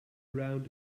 round